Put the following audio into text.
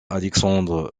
alexandre